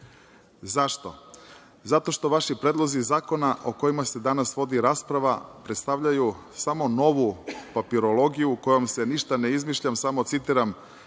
Zašto? Zato što vaši predlozi zakona o kojima se danas vodi rasprava predstavljaju samo novu papirologiju, ništa ne izmišljam, samo citiram